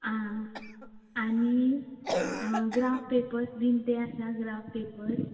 आं आनी graph papers बीन ते आसा ग्राफ पेपर